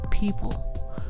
people